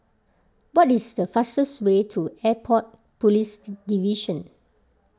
what is the fastest way to Airport Police Division